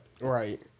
Right